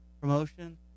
promotion